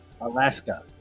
Alaska